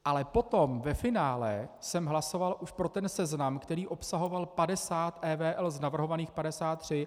Ale potom ve finále jsem hlasoval už pro ten seznam, který obsahoval 50 EVL z navrhovaných 53.